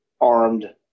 armed